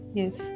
yes